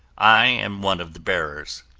i am one of the bearers.